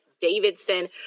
Davidson